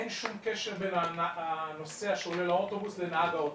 אין שום קשר בין הנוסע שעולה לאוטובוס לנהג האוטובוס.